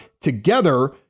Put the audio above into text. Together